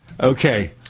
Okay